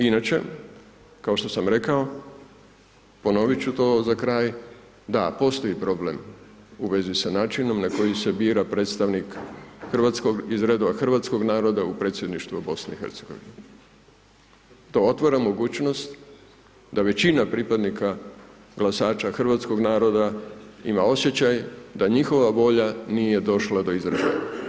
Inače, kao što sam rekao, ponovit ću to za kraj, da, postoji problem u vezi sa načinom na koji se bira predstavnik iz redova hrvatskog naroda u Predsjedništvo BiH-a. to otvara mogućnost da većina pripadnika glasača hrvatskog naroda ima osjećaj da njihova volja nije došla do izražaja.